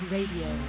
Radio